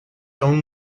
own